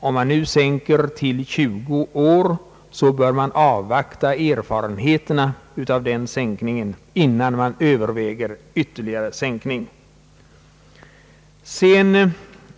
Om man nu sänker äktenskapsåldern till 20 år, bör man avvakta erfarenheterna av den sänkningen, innan man överväger ytterligare sänkning.